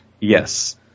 Yes